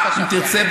אם תרצה,